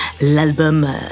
l'album